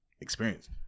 experience